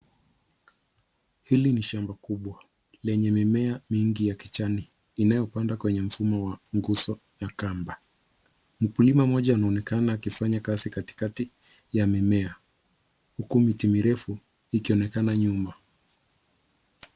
Hili ni shamba kubwa lenye mimea mingi ya kijani inayopandwa kenye mfumo wa nguso ya kamba. Mkulima mmoja anaonekana akifanya kazi katikati ya mimea, huku miti mirefu ikionekana nyuma.